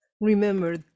remember